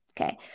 Okay